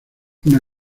una